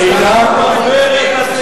זו ברברת.